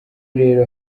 rero